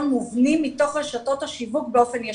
מובנים מתוך רשתות השיווק באופן ישיר,